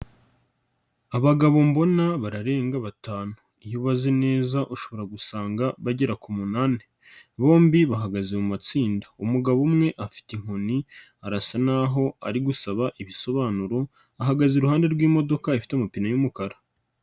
Abagabo mbona bararenga batanu. Iyo ubaze neza ushobora gusanga bagera ku munani. Bombi bahagaze mu matsinda. umugabo umwe afite inkoni, arasa naho ari gusaba ibisobanuro, ahagaze iruhande rw'imodoka ifite amapine y'umukara.